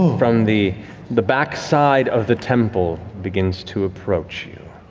from the the backside of the temple begins to approach you.